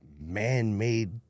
man-made